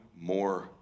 more